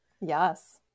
Yes